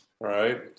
right